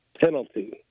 penalty